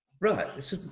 right